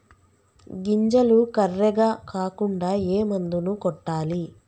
గింజలు కర్రెగ కాకుండా ఏ మందును కొట్టాలి?